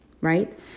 right